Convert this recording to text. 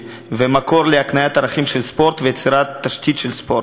ומקור להקניית ערכים של ספורט ויצירת תשתית של ספורט.